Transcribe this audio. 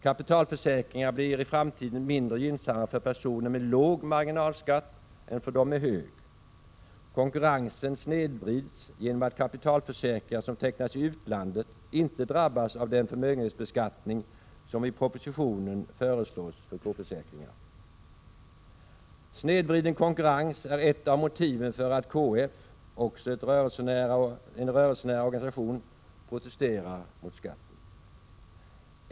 Kapitalförsäkringar blir i framtiden mindre gynnsamma för personer med låg marginalskatt än för personer med hög marginalskatt. Konkurrensen snedvrids genom att kapitalförsäkringar som tecknas i utlandet inte drabbas av den förmögenhetsbeskattning som i propositionen föreslås för K-försäkringar. Snedvriden konkurrens är ett av motiven för att KF — också en rörelsenära organisation — protesterar mot skatten.